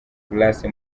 grace